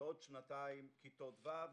ועוד שנתיים כיתות ו',